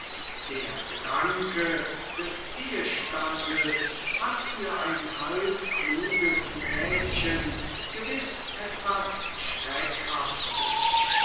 der gedanke des ehestandes hat für ein halbkluges mädchen gewiß etwas schreckhaftes